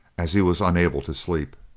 as he was unable to sleep.